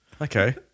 Okay